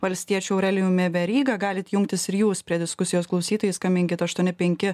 valstiečiu aurelijumi veryga galit jungtis ir jūs prie diskusijos klausytojai skambinkit aštuoni penki